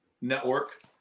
network